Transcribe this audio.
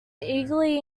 eagerly